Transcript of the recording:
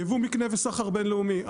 יבוא מקנה וסחר בינלאומי,